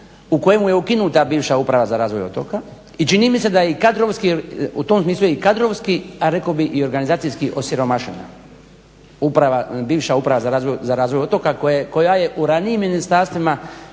u kojemu je ukinuta bivša uprava za razvoj otoka i čini mi se da je u tom smislu i kadrovski, a rekao bih i organizacijski osiromašena bivša uprava za razvoj otoka koja je u ranijim ministarstvima